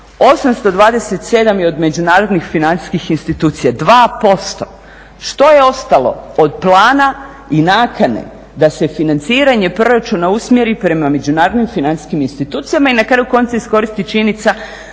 827 je od međunarodnih financijskih institucija 2%. Što je ostalo od plana i nakane da se financiranje proračuna usmjeri prema međunarodnim financijskim institucijama i na kraju konca iskoristi činjenica